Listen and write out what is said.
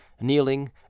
kneeling